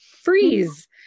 freeze